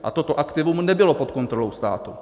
A toto aktivum nebylo pod kontrolou státu.